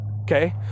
Okay